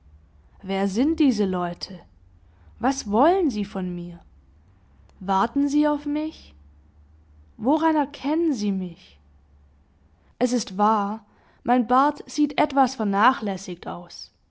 wer sind diese leute was wollen sie von mir warten sie auf mich woran erkennen sie mich es ist wahr mein bart sieht etwas vernachlässigt aus